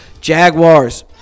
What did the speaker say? Jaguars